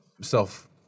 self